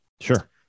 sure